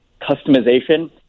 customization